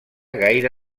gaire